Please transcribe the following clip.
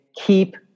keep